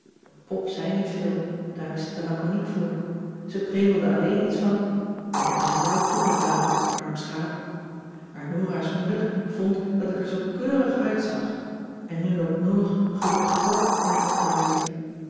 pop zei niet veel daar is ze te laconiek voor ze prevelde alleen iets van wat hebben ze jou toegetakeld arm schaap maar nora's moeder vond dat ik er zoo keurig uitzag en nu loopt noor gelukkig ook in het getailleerd